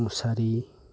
मुसारि